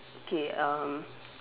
okay um